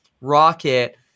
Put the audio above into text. Rocket